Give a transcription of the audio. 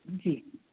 جی